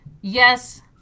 yes